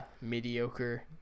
mediocre